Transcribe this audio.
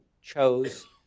chose